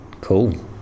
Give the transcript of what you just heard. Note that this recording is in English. Cool